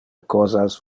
cosas